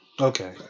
Okay